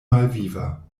malviva